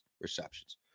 receptions